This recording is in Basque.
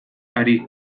ari